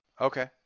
okay